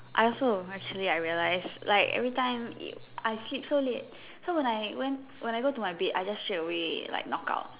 I also actually I realized like everytime it I sleep so late so when I when I go to my bed I just straight away like knock out